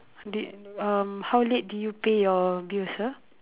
did uh um how late did you pay your bill sir